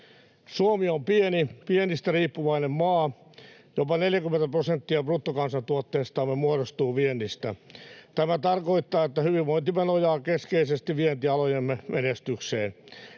Suomi on pieni ja viennistä riippuvainen maa: jopa 40 prosenttia bruttokansantuotteestamme muodostuu viennistä. Tämä tarkoittaa sitä, että hyvinvointimme nojaa keskeisesti vientialojemme menestykseen.